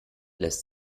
lässt